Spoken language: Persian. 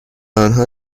آنها